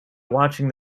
watching